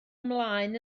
ymlaen